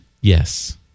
Yes